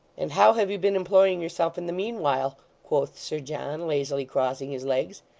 and how have you been employing yourself in the meanwhile quoth sir john, lazily crossing his legs.